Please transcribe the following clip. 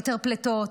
היתר פליטות,